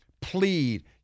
plead